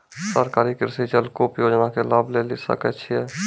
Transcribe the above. सरकारी कृषि जलकूप योजना के लाभ लेली सकै छिए?